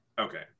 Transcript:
Okay